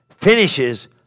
finishes